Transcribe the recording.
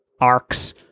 arcs